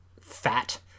fat